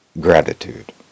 gratitude